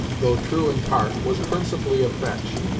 though true in part, was principally a fetch.